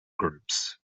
groups